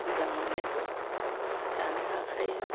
मोजां मोन्नायखौ जानो हाखायो